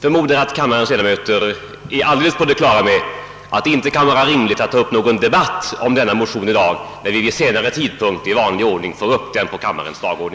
förmodar att kammarens ledamöter icke finner anledning alt ta upp någon debatt om den motionen i dag, när vi vid en senare tidpunkt i vanlig ordning får upp den till behandling i kammaren.